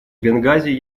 бенгази